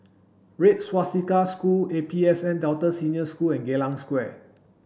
Red Swastika School A P S N Delta Senior School and Geylang Square